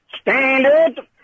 Standard